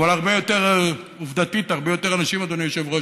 אבל עובדתית הרבה יותר אנשים, אדוני היושב-ראש,